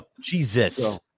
Jesus